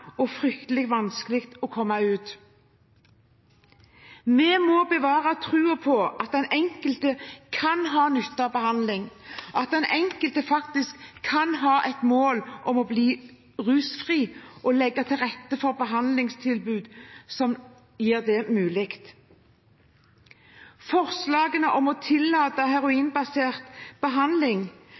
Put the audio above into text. og fryktelig vanskelig å komme ut. Vi må bevare troen på at den enkelte kan ha nytte av behandling, at den enkelte faktisk kan ha et mål om å bli rusfri og legge til rette for behandlingstilbud som gjør det mulig. Forslagene om å tillate heroinbasert behandling